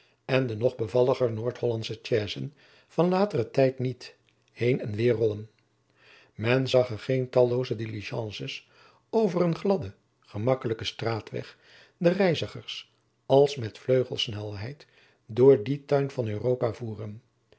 en de nog bevalliger noord-hollandsche chaisen van lateren tijd niet heen en weder rollen men zag er geene tallooze diligences over een gladden gemakkelijken straatweg de reizigers als met vleugelsnelheid door dien tuin van europa voeren